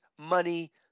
money